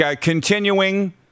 Continuing